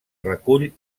recull